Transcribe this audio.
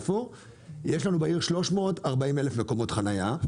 יש לנו בעיר 340,000 מקומות חנייה,